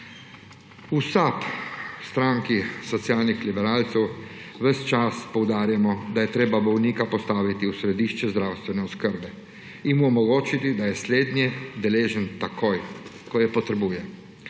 V SAB, stranki socialnih liberalcev, ves čas poudarjamo, da je treba bolnika postaviti v središče zdravstvene oskrbe in mu omogočiti, da je slednje deležen takoj, ko jo potrebuje.